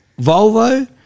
Volvo